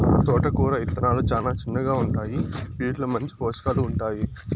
తోటకూర ఇత్తనాలు చానా చిన్నగా ఉంటాయి, వీటిలో మంచి పోషకాలు ఉంటాయి